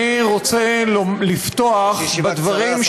אני רוצה לפתוח בדברים,